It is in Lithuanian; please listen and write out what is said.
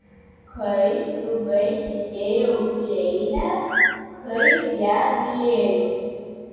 kaip ilgai tikėjau džeine kaip ją mylėjau